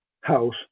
house